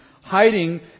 hiding